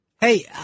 Hey